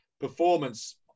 performance